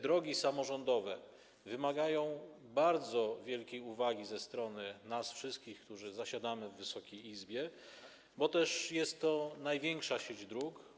Drogi samorządowe wymagają bardzo wielkiej uwagi ze strony nas wszystkich, którzy zasiadamy w Wysokiej Izbie, bo też jest to największa sieć dróg.